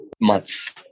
months